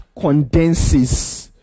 condenses